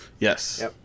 Yes